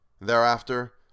Thereafter